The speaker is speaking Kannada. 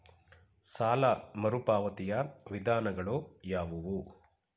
ಸಾಲ ಮರುಪಾವತಿಯ ವಿಧಾನಗಳು ಯಾವುವು?